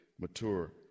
mature